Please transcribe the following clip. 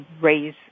raise